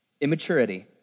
Immaturity